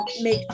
make